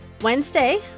Wednesday